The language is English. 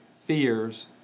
fears